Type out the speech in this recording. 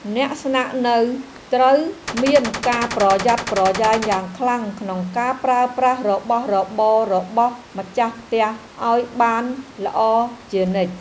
អ្នកស្នាក់នៅត្រូវមានការប្រយ័ត្នប្រយែងយ៉ាងខ្លាំងក្នុងការប្រើប្រាស់របស់របររបស់ម្ចាស់ផ្ទះឱ្យបានល្អជានិច្ច។